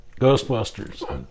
ghostbusters